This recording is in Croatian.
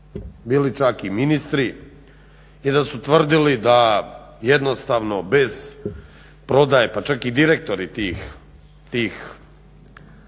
bili čak i ministri, je da su tvrdili da jednostavno bez prodaje, pa čak i direktori tih hrvatske